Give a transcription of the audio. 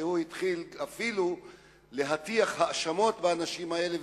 שהתחיל להטיח האשמות באנשים האלה,